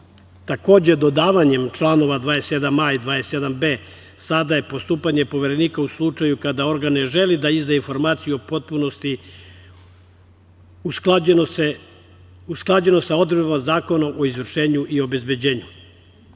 dodavanjem čl. 27a. i 27b. sada je postupanje Poverenika u slučaju kada organ ne želi da izda informaciju u potpunosti usklađeno sa odredbama Zakona o izvršenju i obezbeđenju.